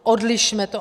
Odlišme to.